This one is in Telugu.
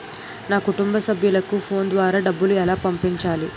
నా కుటుంబ సభ్యులకు ఫోన్ ద్వారా డబ్బులు ఎలా పంపించాలి?